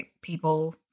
people